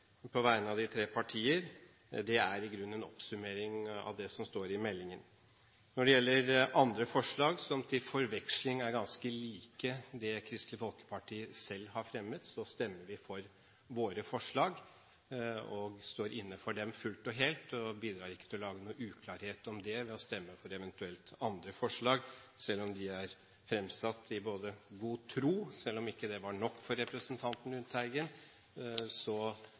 på vegne av de tre partier. Det er i grunnen en oppsummering av det som står i meldingen. Når det gjelder andre forslag, som til forveksling er ganske like de Kristelig Folkeparti selv har fremmet, stemmer vi for våre forslag og står inne for dem fullt og helt, og bidrar ikke til å lage noe uklarhet om det ved eventuelt å stemme for andre forslag, selv om de er fremsatt i god tro. Selv om det ikke var godt nok for representanten Lundteigen,